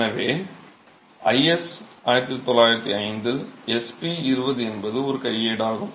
எனவே IS 1905 இல் SP 20 என்பது ஒரு கையேடு ஆகும்